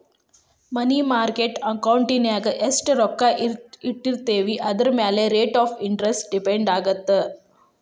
ಮನಿ market ಅಕೌಂಟಿನ್ಯಾಗ ಎಷ್ಟ್ ರೊಕ್ಕ ಇಟ್ಟಿರ್ತೇವಿ ಅದರಮ್ಯಾಲೆ ರೇಟ್ ಆಫ್ ಇಂಟರೆಸ್ಟ್ ಡಿಪೆಂಡ್ ಆಗತ್ತ